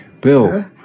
Bill